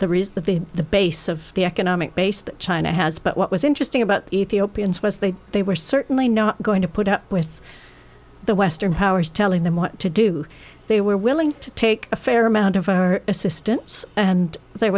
the the base of the economic base that china has but what was interesting about ethiopians was they they were certainly not going to put up with the western powers telling them what to do they were willing to take a fair amount of assistance and there